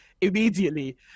immediately